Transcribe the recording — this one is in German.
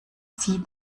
zieh